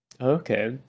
Okay